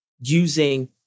using